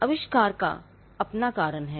आविष्कार का अपना कारण है